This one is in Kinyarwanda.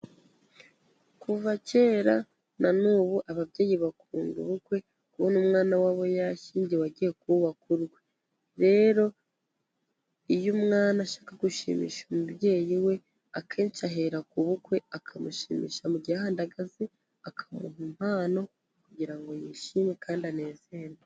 Kuva kera na n'ubu, ababyeyi bakunda ubukwe, kubona umwana wabo yashyingiwe, agiye kubaka urwe. Rero, iyo umwana ashaka gushimisha umubyeyi we, akenshi ahera ku bukwe, akamushimisha mu gihandagazi, akamuha impano kugira ngo yishime kandi anezerwe.